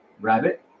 rabbit